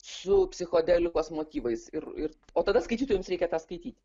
su psichodeliniais motyvais ir ir o tada skaitytojams reikia tą skaityti